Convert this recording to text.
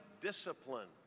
discipline